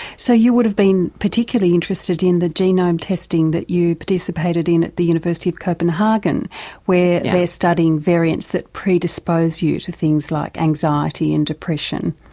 so you would have been particularly interested in the genome testing that you participated in at the university of copenhagen where they're studying variants that predispose you to things like anxiety and depression.